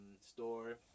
store